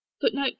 footnote